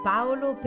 Paolo